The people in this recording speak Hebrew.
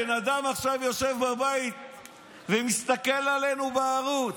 הבן אדם עכשיו יושב בבית ומסתכל עלינו בערוץ,